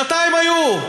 שנתיים היו.